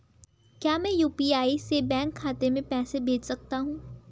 क्या मैं यु.पी.आई से बैंक खाते में पैसे भेज सकता हूँ?